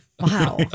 Wow